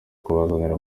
kubazanira